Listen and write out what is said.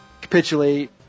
capitulate